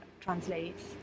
translates